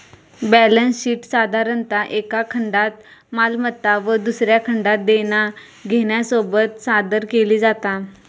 balance शीटसाधारणतः एका खंडात मालमत्ता व दुसऱ्या खंडात देना घेण्यासोबत सादर केली जाता